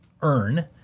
earn